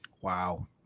Wow